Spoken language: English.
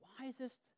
wisest